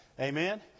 Amen